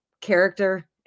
character